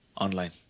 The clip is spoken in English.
online